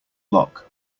lock